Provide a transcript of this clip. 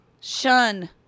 shun